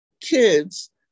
kids